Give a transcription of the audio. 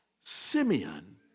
Simeon